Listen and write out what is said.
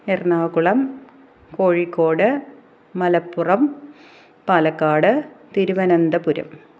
Ernakulam Kozhikode Malappuram Palakkad Thiruvananthapuram